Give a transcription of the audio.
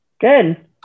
good